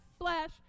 flesh